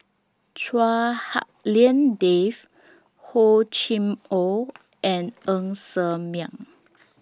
Chua Hak Lien Dave Hor Chim Or and Ng Ser Miang